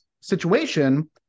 situation